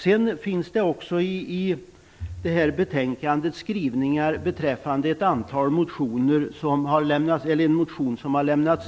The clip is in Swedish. Sedan finns det också i detta betänkande skrivningar beträffande en motion som kds har väckt.